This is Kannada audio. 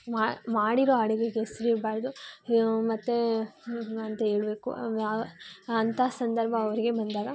ಮಾಡ್ ಮಾಡಿರೋ ಅಡಿಗೆಗೆ ಹೆಸರಿಡ್ಬಾರ್ದು ಮತ್ತು ಅಂತ ಹೇಳಬೇಕು ಅಂಥ ಸಂದರ್ಭ ಅವರಿಗೆ ಬಂದಾಗ